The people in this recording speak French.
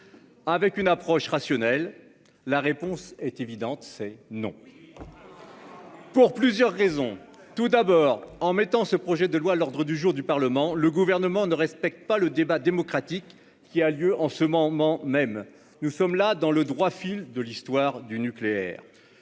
selon une approche rationnelle, est évidente : c'est non, et cela pour plusieurs raisons. Tout d'abord, en mettant ce projet de loi à l'ordre du jour du Parlement, le Gouvernement ne respecte pas le débat démocratique qui a lieu en ce moment même- nous sommes là dans le droit fil de l'histoire du nucléaire.